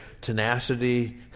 tenacity